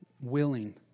Willing